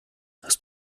hast